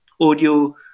audio